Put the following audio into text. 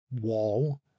wall